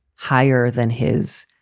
higher than his